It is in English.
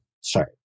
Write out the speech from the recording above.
sorry